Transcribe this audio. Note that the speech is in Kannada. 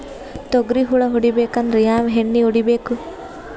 ತೊಗ್ರಿ ಹುಳ ಹೊಡಿಬೇಕಂದ್ರ ಯಾವ್ ಎಣ್ಣಿ ಹೊಡಿಬೇಕು?